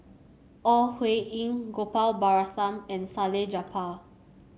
Ore Huiying Gopal Baratham and Salleh Japar